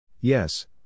Yes